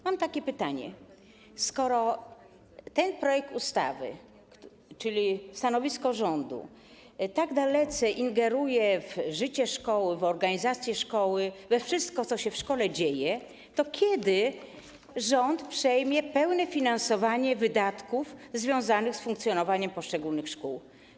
Mam takie pytanie: Skoro ten projekt ustawy, czyli stanowisko rządu, tak dalece ingeruje w życie szkoły, w organizację szkoły, we wszystko, co się w szkole dzieje, to kiedy rząd przejmie pełne finansowanie wydatków związanych z funkcjonowaniem poszczególnych szkół?